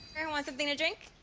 here, and want something to drink?